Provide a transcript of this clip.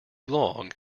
long